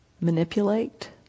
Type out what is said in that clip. manipulate